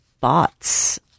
bots